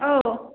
ꯑꯧ